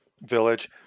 Village